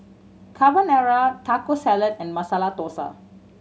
Carbonara Taco Salad and Masala Dosa